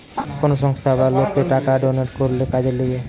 কোন সংস্থা বা লোককে টাকা ডোনেট করলে কাজের লিগে